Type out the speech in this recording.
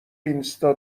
اینستا